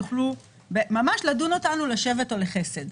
יוכלו לדון אותנו לשבט או לחסד.